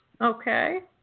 Okay